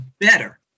better